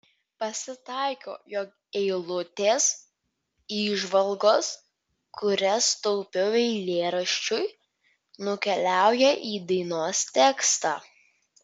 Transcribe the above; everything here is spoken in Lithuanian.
pasitaiko jog eilutės įžvalgos kurias taupiau eilėraščiui nukeliauja į dainos tekstą